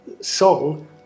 song